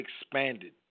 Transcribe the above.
expanded